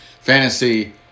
fantasy